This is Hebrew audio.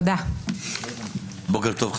בוקר טוב,